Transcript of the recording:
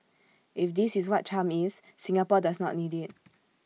if this is what charm is Singapore does not need IT